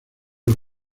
los